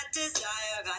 desire